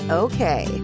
okay